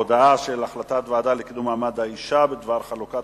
הצעת הוועדה לקידום מעמד האשה בדבר חלוקת